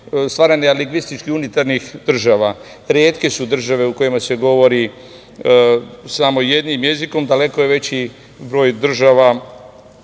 stvaranja lingvistički unitarnih država. Retke su države u kojima se govori samo jednim jezikom. Daleko je veći broj država